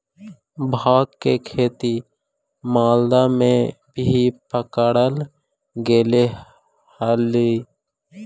भाँग के खेती मालदा में भी पकडल गेले हलई